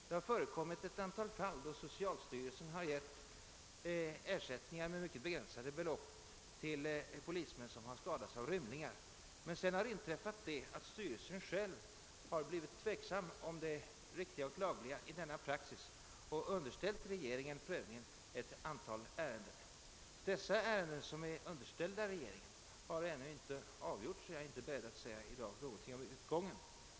Det har förekommit ett antal fall då socialstyrelsen betalat ut ersättningar med mycket begränsade belopp till polismän 'som skadats av rymlingar. Sedan har emellertid inträffat att styrelsen själv blivit tveksam om det riktiga och lagliga i denna praxis och därför underställt regeringen att pröva ett antal ärenden. De ärenden som är underställda regeringen har ännu inte avgjorts, och jag är i dag inte beredd att säga någonting om utgången.